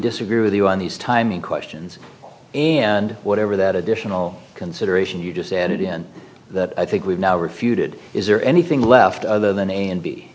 disagree with you on these timing questions and whatever that additional consideration you just said it in that i think we've now refuted is there anything left other than a and b